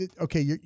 okay